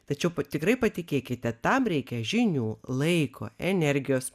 tačiau tikrai patikėkite tam reikia žinių laiko energijos